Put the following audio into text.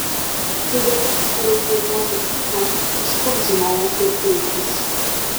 kai vėliau nutariau filmuoti klipą iškart žinojau kur kreiptis